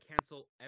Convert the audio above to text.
cancel